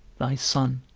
thy son,